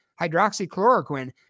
hydroxychloroquine